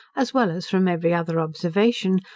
as well as from every other observation,